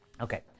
Okay